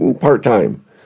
part-time